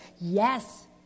Yes